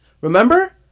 remember